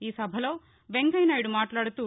ఈ సభలో వెంకయ్యనాయుడు మాట్లాడుతూ